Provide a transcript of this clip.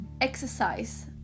exercise